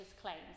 claims